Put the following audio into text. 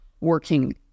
working